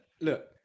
Look